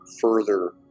further